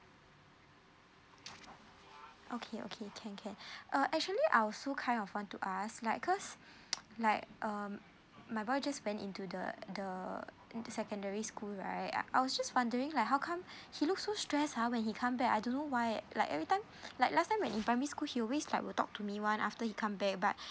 okay okay can can uh actually I also kind of want to ask like cause like um my boy just went into the mm secondary school right I I was just wondering like how come he look so stress ah when he come back I don't know why like every time like last time when in primary school he always like will to talk to me [one] after he come back but